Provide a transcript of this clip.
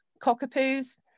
Cockapoo's